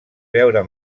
veure